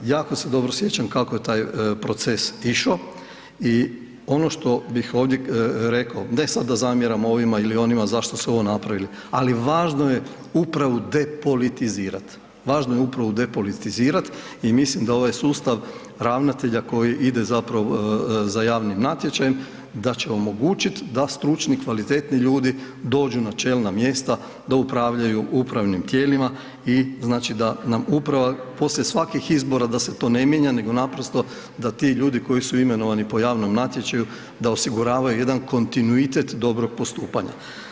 Jako se dobro sjećam kako je taj proces išao i ono što bih ovdje rekao, ne sad da zamjeram ovima ili onima zašto su ovo napravili, ali važno je upravu depolitizirati, važno je upravo depolitizirati i mislim da ovaj sustav ravnatelja koji ide zapravo za javnim natječajem, da će omogućiti da stručni i kvalitetni ljudi dođu na čelna mjesta da upravljaju upravnim tijelima i znači da nam uprava, poslije svakih izbora da se to ne mijenja, nego naprosto da ti ljudi koji su imenovani po javnom natječaju, da osiguravaju jedan kontinuitet dobrog postupanja.